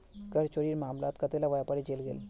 कर चोरीर मामलात कतेला व्यापारी जेल गेल